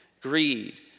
Greed